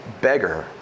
beggar